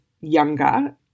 younger